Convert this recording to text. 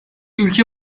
ülke